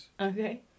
Okay